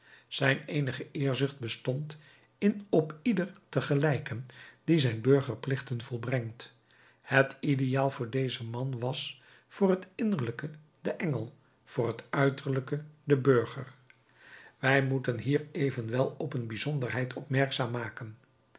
zijn eenige eerzucht bestond in op ieder te gelijken die zijn burgerplichten volbrengt het ideaal voor dezen man was voor het innerlijke de engel voor het uiterlijke de burger wij moeten hier evenwel op een bijzonderheid opmerkzaam maken